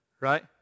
right